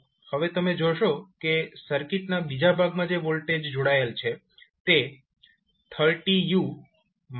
હવે તમે જોશો કે સર્કિટના બીજા ભાગમાં જે વોલ્ટેજ જોડાયેલ છે તે 30u V છે